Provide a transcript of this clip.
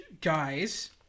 guys